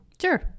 Sure